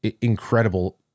incredible